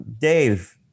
dave